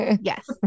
Yes